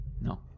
No